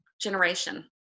generation